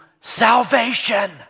salvation